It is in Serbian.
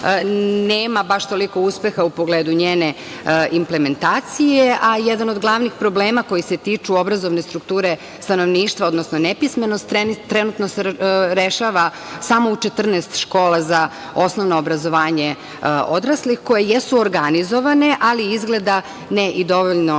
nema baš toliko uspeha u pogledu njene implementacije, a jedan od glavnih problema koji se tiču obrazovne strukture stanovništva, odnosno nepismenost trenutno se rešava samo u 14 škola za osnovno obrazovanje odraslih koje jesu organizovane, ali izgleda ne i dovoljno